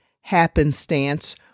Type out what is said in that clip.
happenstance